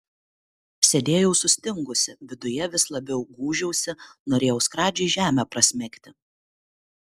sėdėjau sustingusi viduje vis labiau gūžiausi norėjau skradžiai žemę prasmegti